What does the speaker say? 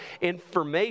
information